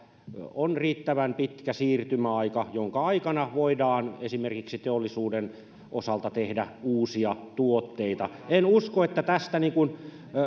on riittävän pitkä siirtymäaika jonka aikana voidaan esimerkiksi teollisuuden osalta tehdä uusia tuotteita en usko että tästä niin kuin